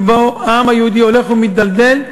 שם העולם היהודי הולך ומתדלדל,